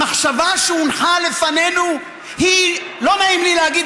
המחשבה שהונחה לפנינו היא לא נעים לי להגיד,